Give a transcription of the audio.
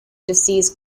disease